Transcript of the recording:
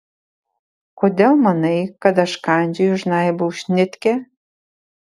kodėl manai kad aš kandžioju žnaibau šnitkę